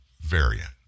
variant